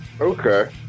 Okay